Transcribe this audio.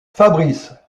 fabrice